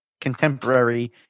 contemporary